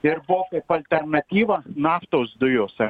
ir buvo kaip alternatyva naftos dujos